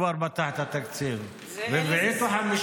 כמה פעמים כבר פתח את התקציב, רביעית או חמישית?